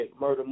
Murder